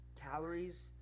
calories